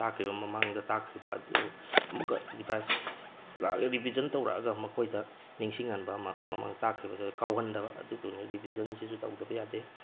ꯇꯥꯛꯈ꯭ꯔꯤꯕ ꯃꯃꯥꯡꯗ ꯇꯥꯛꯈ꯭ꯔꯤꯕ ꯑꯗꯨ ꯑꯃꯨꯛꯀ ꯔꯤꯚꯥꯏꯖ ꯂꯛꯂꯒ ꯔꯤꯚꯤꯖꯟ ꯇꯧꯔꯛꯑꯒ ꯃꯈꯣꯏꯗ ꯅꯤꯡꯁꯤꯡꯍꯟꯕ ꯑꯃ ꯃꯃꯥꯡꯗ ꯇꯥꯛꯈ꯭ꯔꯤꯕ ꯖꯒꯥ ꯀꯥꯎꯍꯟꯗꯕ ꯑꯗꯨꯗꯨꯅ ꯔꯤꯚꯤꯖꯟꯁꯤꯁꯨ ꯇꯧꯗꯕ ꯌꯥꯗꯦ